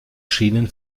schienen